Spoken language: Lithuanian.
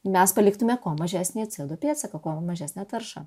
mes paliktume kuo mažesnį co du pėdsaką kuo mažesnę taršą